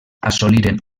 assoliren